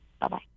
Bye-bye